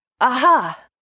aha